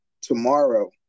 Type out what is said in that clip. tomorrow